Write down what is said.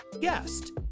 guest